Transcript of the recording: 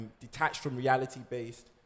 detached-from-reality-based